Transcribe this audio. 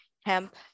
hemp